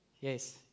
Yes